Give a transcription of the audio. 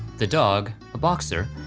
the dog, a boxer,